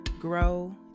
grow